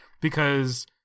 because-